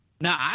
Now